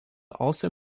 also